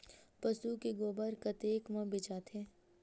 पशु के गोबर कतेक म बेचाथे?